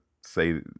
say